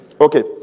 Okay